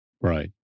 Right